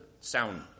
sound